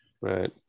Right